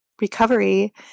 recovery